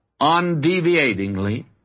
Undeviatingly